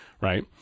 right